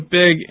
big